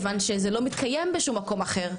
כיוון שזה לא מתקיים בשום מקום אחר,